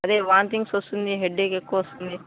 అదే వాంతింగ్స్ వస్తుంది హెడేక్ ఎక్కువ వస్తుంది